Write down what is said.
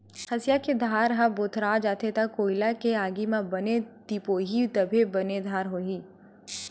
हँसिया के धार ह भोथरा जाथे त कोइला के आगी म बने तिपोही तभे बने धार होही